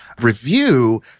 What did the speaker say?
review